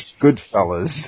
Goodfellas